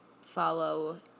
follow